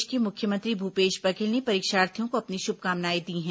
प्रदेश के मुख्यमंत्री भूपेश बघेल ने परीक्षार्थियों को अपनी शुभकामनाएं दी हैं